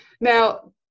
now